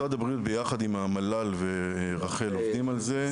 משרד הבריאות ביחד עם המל"ל ורח"ל עובדים על זה.